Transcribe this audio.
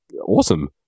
awesome